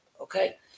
okay